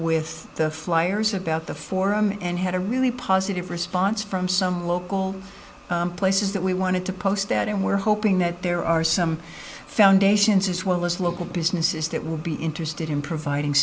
with the flyers about the forum and had a really positive response from some local places that we wanted to post that and we're hoping that there are some foundations as well as local businesses that will be interested in providing